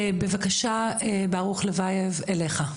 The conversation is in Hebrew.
בבקשה, ברוך ליוייב, אליך.